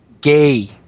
gay